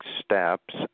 steps